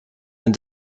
and